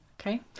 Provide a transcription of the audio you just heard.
okay